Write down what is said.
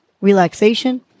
relaxation